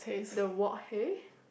the wok hei